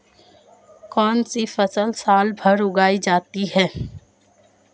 कौनसी फसल साल भर उगाई जा सकती है?